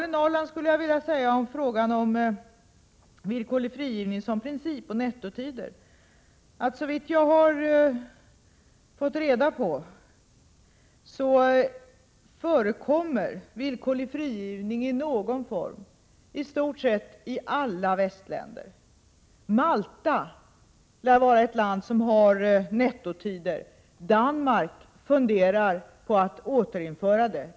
Beträffande villkorlig frigivning som princip och nettotider skulle jag vilja säga till Karin Ahrland att såvitt jag har fått veta förekommer villkorlig frigivning i någon form ii stort sett alla västländer. Malta lär vara ett land som har nettotider. Danmark funderar på att återinföra nettotider.